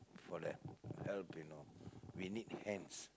for that help you know we need hands